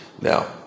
Now